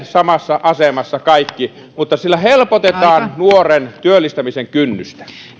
samassa asemassa kaikki mutta sillä helpotetaan nuoren työllistämisen kynnystä